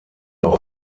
auch